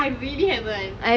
I really haven't